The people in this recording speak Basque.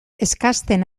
eskasten